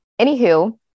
Anywho